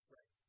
Right